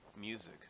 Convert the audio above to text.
music